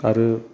आरो